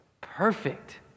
perfect